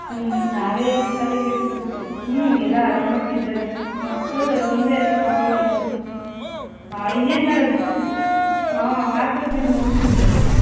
ಹ್ಞೂ ನಾವೇ ಇವಾಗ ತಲೆ ಕೆಡಿಸ್ಕೊಬೇಕು ಹ್ಞೂ ಎಲ್ಲ ಆರಾಮಾಗಿದ್ದಾರೆ ಮಕ್ಳದ್ದು ಅದೊಂದೇ ಪ್ರಾಬ್ಲಮ್ಮು ಆ ಇನ್ನೇನು ಮಾಡೋದು ಹ್ಞೂ ಹಾಕದ್ ಮೇಲೆ ನೋಡಲೇಬೇಕಲ್ಲ